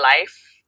life